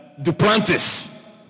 Duplantis